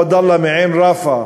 עוודאלה עוודאלה מעין-ראפה,